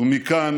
ומכאן